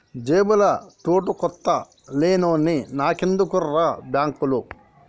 జేబుల తూటుకొత్త లేనోన్ని నాకెందుకుర్రా బాంకులు